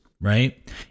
right